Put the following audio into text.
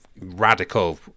radical